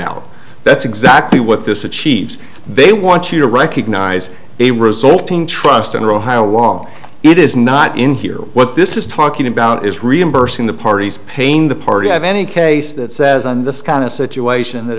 out that's exactly what this achieves they want you to recognize a resulting trust and real how long it is not in here what this is talking about is reimbursing the parties pain the party has any case that says on this kind of situation that